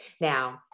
Now